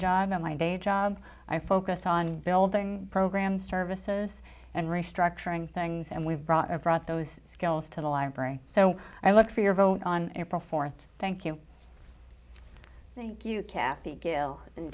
job and my day job i focused on building program services and restructuring things and we've brought our brought those skills to the library so i look for your vote on april fourth thank you thank you kathy gill and